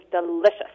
delicious